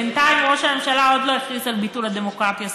בינתיים ראש הממשלה עוד לא הכריז על ביטול הדמוקרטיה סופית.